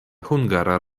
hungara